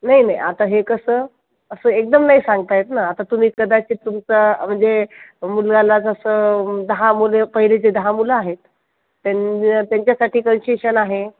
नाही नाही आता हे कसं असं एकदम नाही सांगता येत ना आता तुम्ही कदाचित तुमचा म्हणजे मुलग्याला जसं दहा मुले पहिलेचे दहा मुलं आहेत त्यां त्यांच्यासाठी कन्सेशन आहे